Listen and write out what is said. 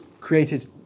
created